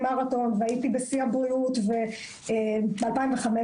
מרתון והייתי בשיא הבריאות בשנת 2015,